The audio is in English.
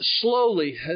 Slowly